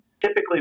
typically